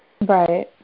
Right